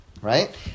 right